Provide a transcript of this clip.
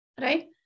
right